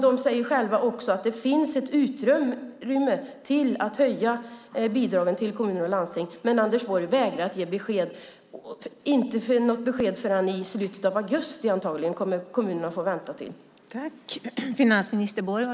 De säger själva också att det finns utrymme för att höja bidragen till kommuner och landsting, men Anders Borg vägrar ge besked. Det kommer inte något besked förrän i slutet av augusti, antagligen. Så länge får kommunerna vänta.